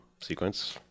sequence